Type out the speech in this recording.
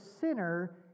sinner